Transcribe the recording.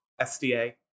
SDA